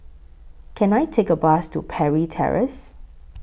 Can I Take A Bus to Parry Terrace